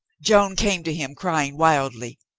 joan came to him, crying wildly,